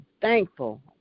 thankful